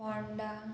Ponda